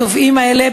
התובעים האלה,